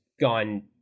gone